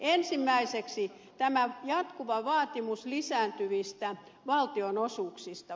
ensimmäiseksi tämä jatkuva vaatimus lisääntyvistä valtionosuuksista